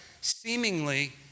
seemingly